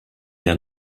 der